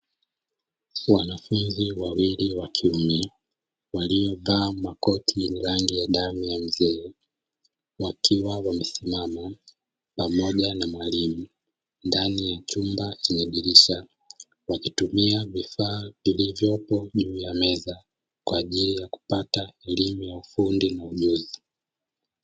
Wanafunzi wawili wa kiume waliovaa makoti yenye rangi ya damu ya mzee, wakiwa wamesimama pamoja na mwalimu ndani ya chumba chenye dirisha, wakitumia vifaa vilivyopo juu ya meza kwa ajili ya kupata elimu ya ufundi na ujuzi.